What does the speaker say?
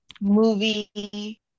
movie